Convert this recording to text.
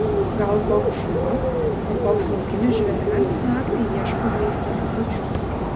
gal koks šuva ar koks laukinis žvėrelis naktį ieško maisto likučių